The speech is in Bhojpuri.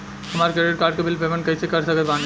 हमार क्रेडिट कार्ड के बिल पेमेंट कइसे कर सकत बानी?